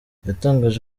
yatangaje